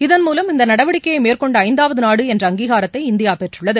இதன் மூலம் இந்த நடவடிக்கையை மேற்கொண்ட ஐந்தாவது நாடு என்ற அங்கீகாரத்தை இந்தியா பெற்றுள்ளது